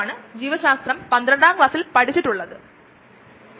അടുത്തതായി നമുക്ക് ബയോറിയാക്ടറുടെ പ്രവർത്തന മോഡുകൾ നോക്കാം